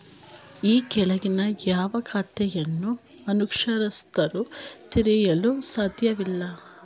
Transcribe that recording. ಈ ಕೆಳಗಿನ ಯಾವ ಖಾತೆಗಳನ್ನು ಅನಕ್ಷರಸ್ಥರು ತೆರೆಯಲು ಸಾಧ್ಯವಿಲ್ಲ?